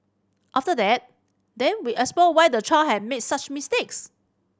after that then we explore why the child had made such mistakes